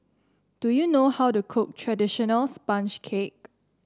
do you know how to cook traditional sponge cake